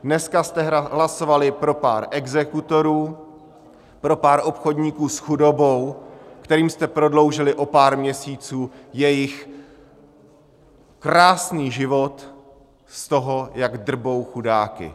Dneska jste hlasovali pro pár exekutorů, pro pár obchodníků s chudobou, kterým jste prodloužili o pár měsíců jejich krásný život z toho, jak drbou chudáky.